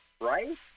right